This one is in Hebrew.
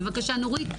בבקשה, נורית.